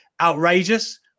outrageous